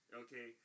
okay